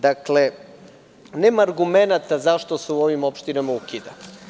Nema argumenata zašto se u ovim opštinama ukida.